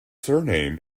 surname